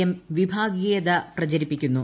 at വിഭാഗീയത പ്രചരിപ്പിക്കുന്നു